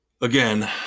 again